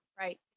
Right